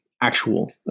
actual